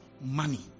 money